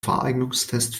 fahreignungstest